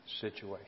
situation